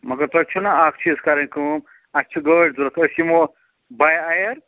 مگر تۄہہِ چھَو نا اَکھ چیٖز کَرٕنۍ کٲم اَسہِ چھِ گٲڑۍ ضوٚرَتھ أسۍ یِمَو باے اَیَر